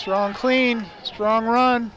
strong clean strong r